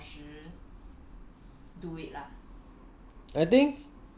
你 like 必须连续八个小时